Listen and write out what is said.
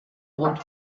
rund